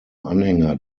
anhänger